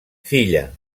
filla